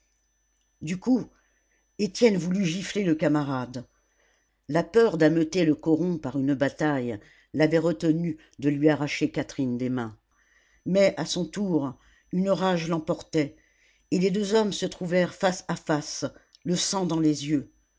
du coup étienne voulut gifler le camarade la peur d'ameuter le coron par une bataille l'avait retenu de lui arracher catherine des mains mais à son tour une rage l'emportait et les deux hommes se trouvèrent face à face le sang dans les yeux